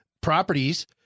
properties